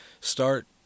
start